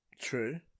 True